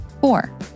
Four